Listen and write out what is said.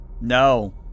No